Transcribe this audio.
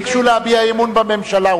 ביקשו להביע אי-אמון בממשלה.